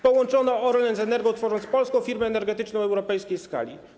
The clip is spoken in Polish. Połączono Orlen z Energą, tworząc polską firmę energetyczną o europejskiej skali.